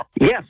Yes